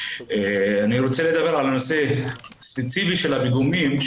אני רוצה לדבר על הנושא הספציפי של הפיגומים.